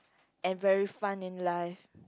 and very fun in life